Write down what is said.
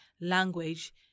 Language